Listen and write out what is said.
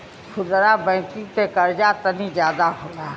खुदरा बैंकिंग के कर्जा तनी जादा होला